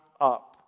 up